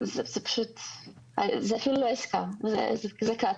זה אפילו לא העסקה, זאת קצא"א,